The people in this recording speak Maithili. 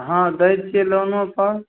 हँ दै छिए लोनोपर